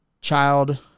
child